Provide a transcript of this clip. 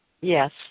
Yes